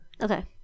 Okay